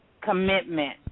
commitment